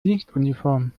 dienstuniform